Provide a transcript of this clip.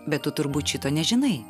bet tu turbūt šito nežinai